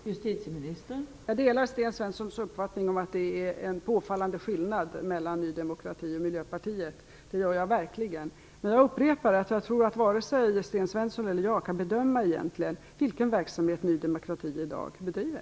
Fru talman! Jag delar verkligen Sten Svenssons uppfattning om att det är en påfallande skillnad mellan Ny demokrati och Miljöpartiet. Men jag upprepar att jag tror att varken Sten Svensson eller jag egentligen kan bedöma vilken verksamhet Ny demokrati i dag bedriver.